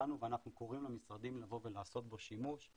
משלנו ואנחנו קוראים למשרדים לבוא ולעשות בו שימוש.